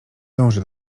dąży